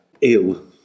ill